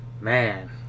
Man